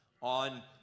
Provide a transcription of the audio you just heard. on